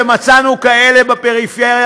ומצאנו כאלה בפריפריה,